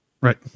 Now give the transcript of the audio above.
Right